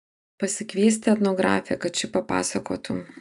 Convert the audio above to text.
pasikviesti etnografę kad ši papasakotų